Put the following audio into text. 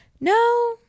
no